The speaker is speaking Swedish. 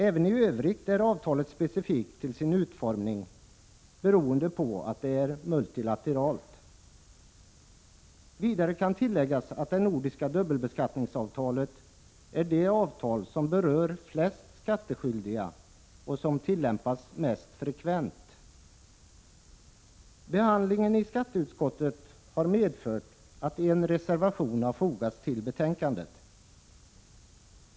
Även i övrigt är avtalet specifikt till sin utformning, beroende på att det är multilateralt. Vidare kan tilläggas att det nordiska dubbelbeskattningsavtalet är det avtal som berör de flesta skattskyldiga och som tillämpas mest frekvent. Behandlingen i skatteutskottet har medfört att en reservation har fogats till betänkandet.